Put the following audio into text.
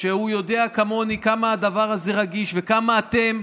שיודע כמוני כמה הדבר הזה רגיש, וכמה אתם,